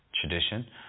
tradition